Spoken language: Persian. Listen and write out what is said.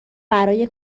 برای